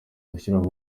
gushyiraho